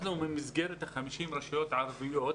מסגרת של 50 רשויות ערביות,